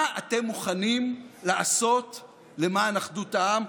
מה אתם מוכנים לעשות למען אחדות העם?